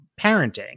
parenting